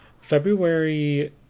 February